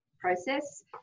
process